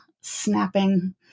snapping